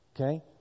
Okay